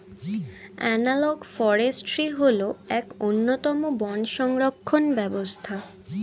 analogue forestry হল এক অন্যতম বন সংরক্ষণ ব্যবস্থা